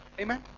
Amen